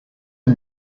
who